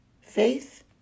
faith